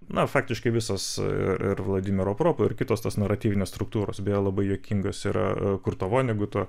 na faktiškai visos ir ir vladimiro propo ir kitos tos naratyvinės struktūros beje labai juokingas yra kurto voneguto